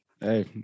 Hey